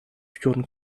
führen